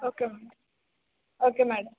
okay madam okay madam